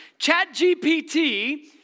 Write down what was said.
ChatGPT